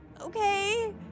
Okay